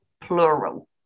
plural